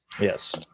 Yes